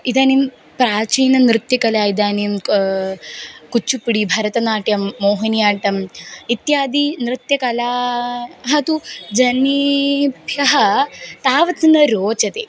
इदानीं प्राचीननृत्यकला इदानीं क कुच्चुपुडि भरतनाट्यं मोहिनि आट्टम् इत्यादिनृत्यकलाः तु जनेभ्यः तावत् न रोचते